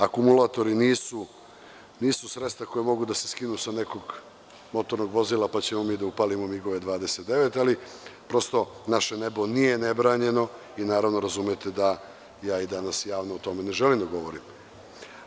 Akumulatori nisu sredstva koja mogu da se skinu sa nekog motornog vozila, pa ćemo mi da upalimo migove 29, ali prosto naše nebo nije nebranjeno i naravno razumete da danas javno o tome ne želim da govorim.